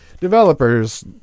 developers